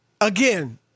again